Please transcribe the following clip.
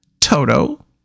Toto